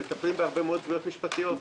חיצוניים, שמטפלים בהרבה מאוד תביעות משפטיות.